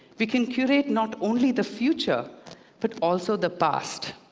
we can curate not only the future but also the past.